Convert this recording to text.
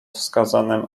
wskazanym